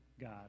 God